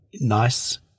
nice